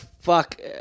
Fuck